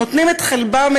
נותנים את חלבם,